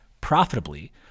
profitably